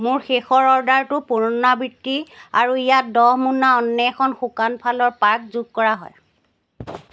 মোৰ শেষৰ অৰ্ডাৰটোৰ পুনৰাবৃত্তি আৰু ইয়াত দহ মোনা অন্বেষণ শুকান ফলৰ পাক যোগ কৰা